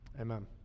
Amen